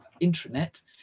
intranet